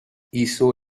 hizo